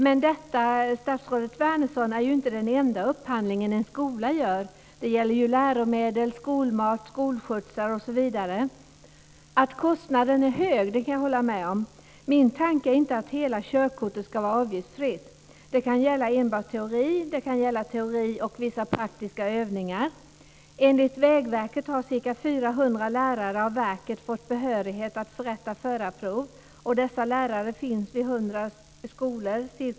Men detta, statsrådet Wärnersson, är inte den enda upphandling som en skola gör. Det gäller ju läromedel, skolmat, skolskjutsar osv. Att kostnaden är hög kan jag hålla med om. Min tanke är inte att hela körkortet ska vara avgiftsfritt. Det kan gälla enbart teori, och det kan gälla teori och vissa praktiska övningar. Enligt Vägverket har ca 400 lärare av verket fått behörighet att förrätta förarprov. Dessa lärare finns vid ca 100 skolor.